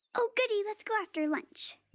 oh goodie, let's go after lunch.